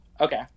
Okay